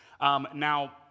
Now